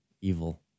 evil